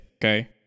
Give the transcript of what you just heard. okay